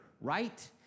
right